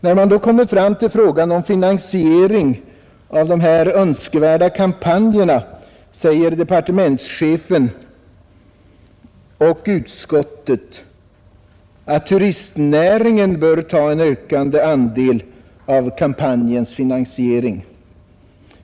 När man då kommer fram till frågan om finansiering av dessa önskvärda kampanjer så säger såväl departementschefen som utskottet att turistnäringen bör ta en ökande andel av kampanjens finansiering.